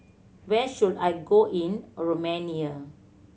where should I go in Romania